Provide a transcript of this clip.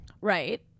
Right